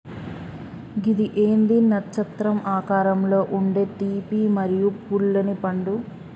గిది ఏంది నచ్చత్రం ఆకారంలో ఉండే తీపి మరియు పుల్లనిపండు